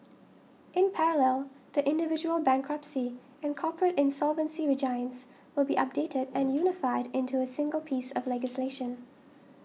in parallel the individual bankruptcy and corporate insolvency regimes will be updated and unified into a single piece of legislation